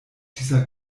dieser